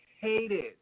hated